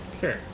Sure